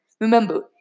remember